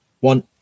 one